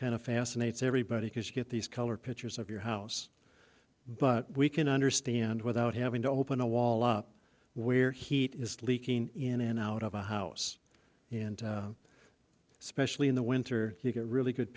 of fascinates everybody because you get these color pictures of your house but we can understand without having to open a wall up where heat is leaking in and out of a house and especially in the winter you get really good